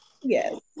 Yes